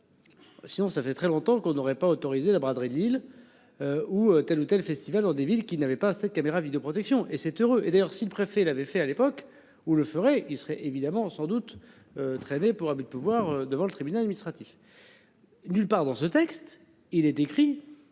Sinon ça fait très longtemps qu'on n'aurait pas autorisé la braderie de Lille. Ou telle ou telle festivals dans des villes qui n'avait pas assez caméra protection et c'est heures et d'ailleurs si le préfet l'avait fait à l'époque où le ferais il serait évidemment sans doute. Traîner pour abus de pouvoir. Devant le tribunal administratif. Nulle part dans ce texte il est écrit